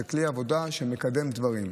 זה כלי עבודה שמקדם דברים.